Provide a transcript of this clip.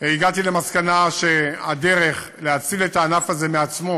הגעתי למסקנה שהדרך להציל את הענף הזה מעצמו